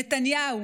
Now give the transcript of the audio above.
נתניהו,